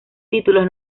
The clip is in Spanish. títulos